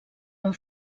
amb